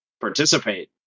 participate